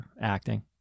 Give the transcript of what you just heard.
acting